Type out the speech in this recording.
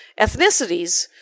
ethnicities